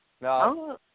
No